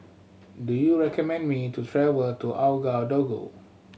do you recommend me to travel to Ouagadougou